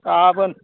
गाबोन